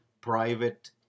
private